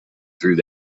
through